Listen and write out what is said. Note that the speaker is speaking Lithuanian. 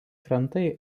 krantai